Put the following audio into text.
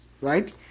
Right